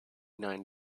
nine